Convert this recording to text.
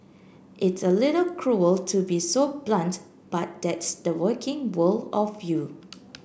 it's a little cruel to be so blunt but that's the working world of you